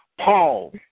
Paul